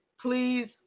please